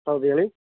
ಹೌದು ಹೇಳಿ